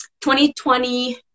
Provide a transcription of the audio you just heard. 2020